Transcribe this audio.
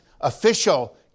official